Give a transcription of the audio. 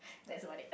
that's about it